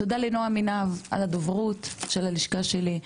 תודה לנועם עינב על הדוברות של הלשכה שלי,